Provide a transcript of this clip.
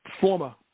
former